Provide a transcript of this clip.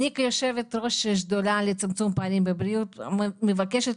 אני כיושבת הראש של השדולה לצמצום הפערים בבריאות מבקשת